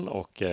och